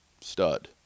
Stud